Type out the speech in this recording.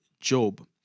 Job